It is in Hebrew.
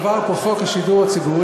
עבר פה ב-2014 חוק השידור הציבורי